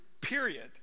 period